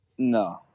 No